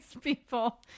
people